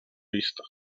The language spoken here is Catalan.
vista